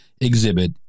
exhibit